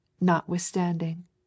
Notwithstanding